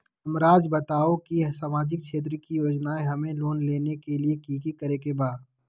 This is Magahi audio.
हमराज़ बताओ कि सामाजिक क्षेत्र की योजनाएं हमें लेने के लिए कि कि करे के बा?